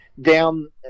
down